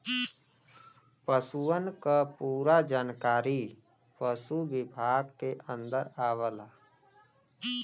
पसुअन क पूरा जानकारी पसु विभाग के अन्दर आवला